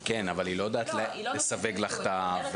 כן, אבל היא לא יודעת לסווג לך את העבירות.